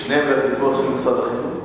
ושניהם בפיקוח של משרד החינוך?